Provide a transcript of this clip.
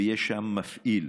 ויש שם מפעיל.